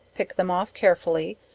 pick them off carefully,